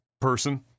person